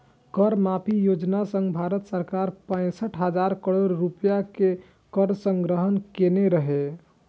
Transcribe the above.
कर माफी योजना सं भारत सरकार पैंसठ हजार करोड़ रुपैया के कर संग्रह केने रहै